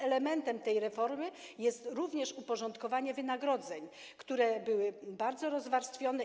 Elementem tej reformy jest również uporządkowanie wynagrodzeń, które były bardzo rozwarstwione.